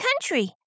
country